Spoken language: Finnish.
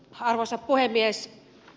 arvoisa puhemies